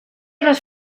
les